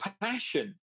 passion